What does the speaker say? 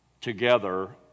together